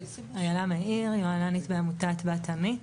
יוהל"ניות בעמותת "בת-עמי".